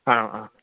ആ ആ